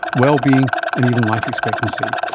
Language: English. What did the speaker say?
well-being and even life expectancy.